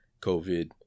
COVID